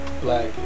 black